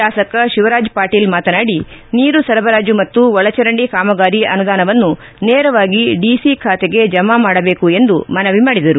ಶಾಸಕ ಶಿವರಾಜ್ ಪಾಟೀಲ್ ಮಾತನಾಡಿ ನೀರು ಸರಬರಾಜು ಮತ್ತು ಒಳಚರಂಡಿ ಕಾಮಗಾರಿ ಅನುದಾನವನ್ನು ನೇರವಾಗಿ ಡಿಸಿ ಖಾತೆಗೆ ಜಮಾ ಮಾಡಬೇಕು ಎಂದು ಮನವಿ ಮಾಡಿದರು